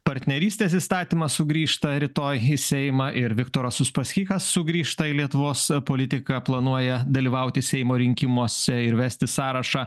partnerystės įstatymas sugrįžta rytoj į seimą ir viktoras uspaskichas sugrįžta lietuvos politiką planuoja dalyvauti seimo rinkimuose ir vesti sąrašą